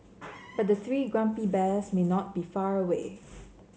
but the three grumpy bears may not be far away